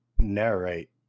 narrate